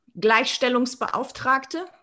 Gleichstellungsbeauftragte